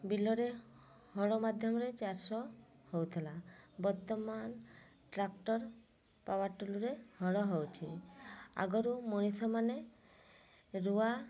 ବିଲରେ ହଳ ମାଧ୍ୟମରେ ଚାଷ ହେଉଥିଲା ବର୍ତ୍ତମାନ ଟ୍ରାକ୍ଟର୍ ପାୱାରଟିଲରେ ହଳ ହେଉଛି ଆଗରୁ ମଣିଷମାନେ ରୁଆ